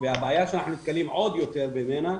והבעיה שאנחנו נתקלים עוד יותר ממנה,